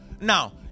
Now